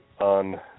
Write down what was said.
on